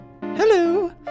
Hello